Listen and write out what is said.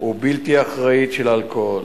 ובלתי אחראית של אלכוהול.